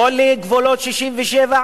לא לגבולות 67'?